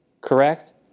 Correct